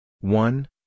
one